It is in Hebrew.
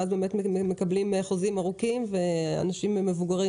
ואז באמת מקבלים חוזים ארוכים ואנשים מבוגרים